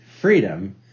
freedom